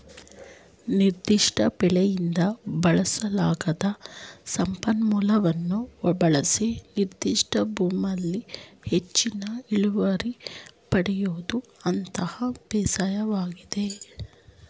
ನಿರ್ದಿಷ್ಟ ಬೆಳೆಯಿಂದ ಬಳಸಲಾಗದ ಸಂಪನ್ಮೂಲವನ್ನು ಬಳಸಿ ನಿರ್ದಿಷ್ಟ ಭೂಮಿಲಿ ಹೆಚ್ಚಿನ ಇಳುವರಿ ಪಡಿಯೋದು ಅಂತರ ಬೇಸಾಯವಾಗಿದೆ